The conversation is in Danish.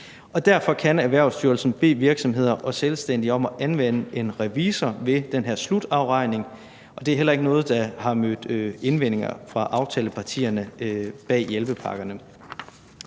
Derfor kan Erhvervsstyrelsen bede virksomheder og selvstændige om at anvende en revisor ved den her slutafregning, og det er heller ikke noget, der har mødt indvendinger fra aftalepartierne bag hjælpepakkerne.